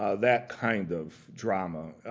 ah that kind of drama.